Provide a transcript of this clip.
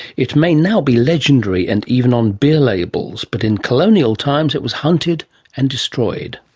it may now be legendary and even on beer labels, but in colonial times it was hunted and destroyed.